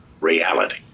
reality